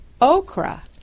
okra